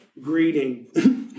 greeting